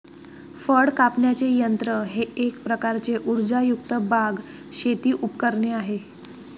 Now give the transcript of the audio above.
फळ कापण्याचे यंत्र हे एक प्रकारचे उर्जायुक्त बाग, शेती उपकरणे आहे